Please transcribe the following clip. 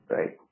Right